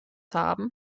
haben